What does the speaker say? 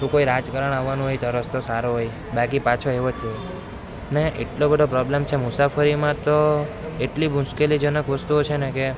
કોઈ રાજકારણી આવવાના હોય તો રસ્તો સારો હોય બાકી પાછો એવો જ થઈ ને એટલો બધો પ્રોબ્લેમ છે મુસાફરીમાં તો એટલી મુશ્કેલીજનક વસ્તુઓ છે ને કે